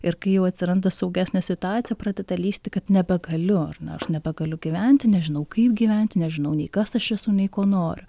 ir kai jau atsiranda saugesnė situacija pradeda lįsti kad nebegaliu ar na aš nebegaliu gyventi nežinau kaip gyventi nežinau nei kas aš esu nei ko noriu